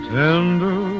tender